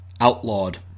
outlawed